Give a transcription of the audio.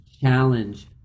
Challenge